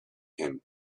him